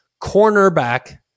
cornerback